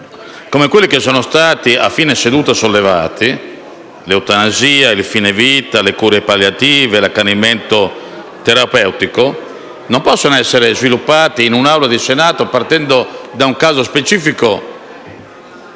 come quelli che sono stati sollevati a fine seduta (l'eutanasia, il fine vita, le cure palliative, l'accanimento terapeutico) non possano essere sviluppati nell'Aula del Senato partendo da un caso specifico